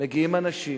מגיעים אנשים